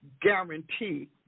guarantee